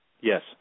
Yes